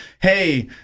Hey